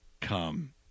come